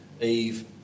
Eve